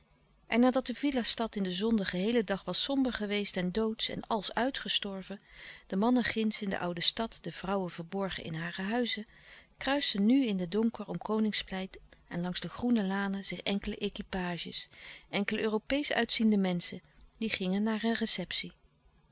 en nadat de villa stad in de zon den geheelen dag was somber geweest en doodsch en als uitgestorven de mannen ginds in de oude stad de vrouwen verborgen in hare huizen kruisten nu in den donker om koningsplein en langs de groene lanen zich enkele equipages enkele europeesch uitziende menschen die gingen naar een receptie